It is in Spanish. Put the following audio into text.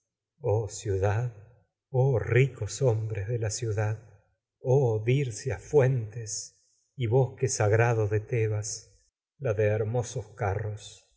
oh ciudad fuentes y oh ricos hombres de la ciudad dirceas bosque sagrado de tebas la de hermosos carros